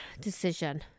decision